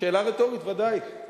אז